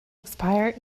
expire